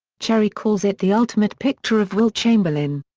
cherry calls it the ultimate picture of wilt chamberlain.